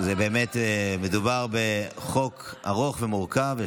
מדובר בחוק ארוך ומורכב.